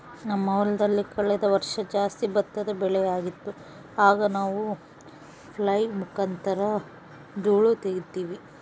ನಮ್ಮ ಹೊಲದಲ್ಲಿ ಕಳೆದ ವರ್ಷ ಜಾಸ್ತಿ ಭತ್ತದ ಬೆಳೆಯಾಗಿತ್ತು, ಆಗ ನಾವು ಫ್ಲ್ಯಾಯ್ಲ್ ಮುಖಾಂತರ ಧೂಳು ತಗೀತಿವಿ